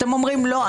אתם אומרים: לא,